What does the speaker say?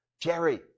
Jerry